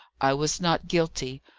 i was not guilty.